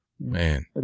Man